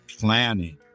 planning